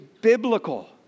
biblical